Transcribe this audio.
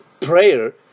prayer